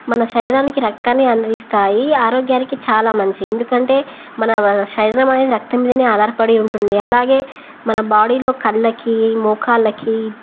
మన శరీరానికి రక్తాన్ని అందరిస్తాయి ఆరోగ్యానికి చాలా మంచి ఎందుకంటే మన శరీర అనేది రక్త మీదనే ఆధారపడి ఉంటుంది అలాగే మన బాడీలో కళ్ళకి మోకాళ్ళకి